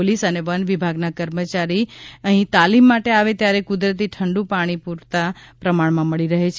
police અને વનવિભાગના કર્મચારી અહીં તાલીમ માટે આવે ત્યારે કુદરતી ઠંડુ પાણી પૂરતા પ્રમાણમાં મળી રહે છે